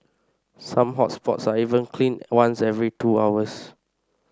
some hot spots are even cleaned once every two hours